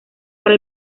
para